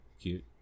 Cute